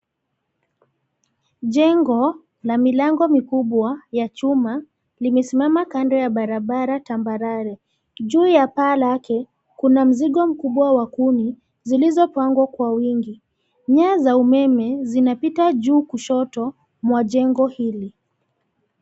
Jengo la milango mikubwa ya chuma, limesimama kando ya barabara tambarare. Juu ya paa lake kuna mzigo mkubwa wa kuni zilizopangwa kwa wingi. Nyaya za umeme zinapita juu kushoto mwa jengo hili.